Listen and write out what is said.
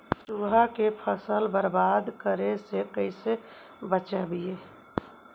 चुहा के फसल बर्बाद करे से कैसे बचाबी?